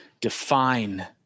define